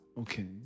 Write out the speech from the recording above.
Okay